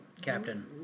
Captain